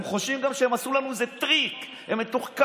הם חושבים גם שהם עשו לנו איזה טריק, הם מתוחכמים.